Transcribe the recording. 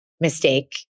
mistake